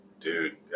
Dude